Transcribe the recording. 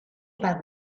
about